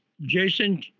Jason